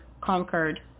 conquered